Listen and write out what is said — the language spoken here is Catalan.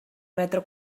metre